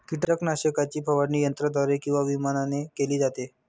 कीटकनाशकाची फवारणी यंत्राद्वारे किंवा विमानाने केली जाते